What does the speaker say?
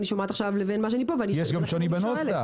שומעת עכשיו לבין -- יש גם שוני בנוסח.